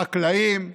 חקלאים,